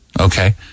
Okay